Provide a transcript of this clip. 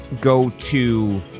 go-to